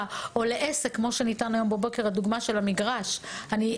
או לעסק כמו הדוגמה של המגרש שניתנה הבוקר.